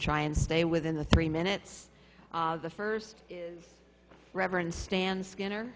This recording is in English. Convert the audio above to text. try and stay within the three minutes ah the first reverend stan skinner